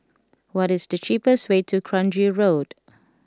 what is the cheapest way to Kranji Road